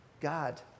God